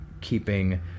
keeping